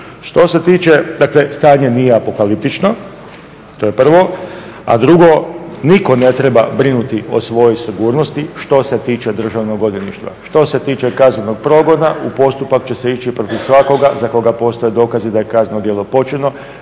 nalazi. Dakle stanje nije apokaliptično, to je prvo, a drugo, nitko ne treba brinuti o svojoj sigurnosti što se tiče državnog odvjetništva. Što se tiče kaznenog progona u postupak će se ići protiv svakoga za koga postoje dokazi da je kazneno djelo počinio